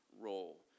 role